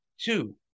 Two